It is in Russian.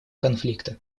конфликта